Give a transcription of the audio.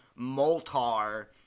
moltar